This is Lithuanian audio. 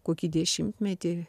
kokį dešimtmetį